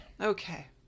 Okay